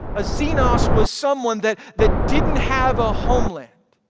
a xenos was someone that that didn't have a homeland.